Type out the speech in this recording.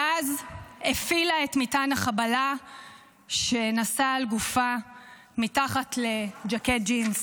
ואז הפעילה את מטען החבלה שנשאה על גופה מתחת לז'קט ג'ינס.